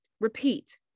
Repeat